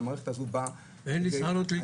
משום שהמערכת הזו באה ------ לא תנטוש.